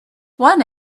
one